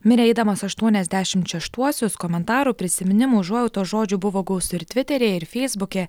mirė eidamas aštuoniasdešimt šeštuosius komentarų prisiminimų užuojautos žodžių buvo gausu ir tviteryje ir feisbuke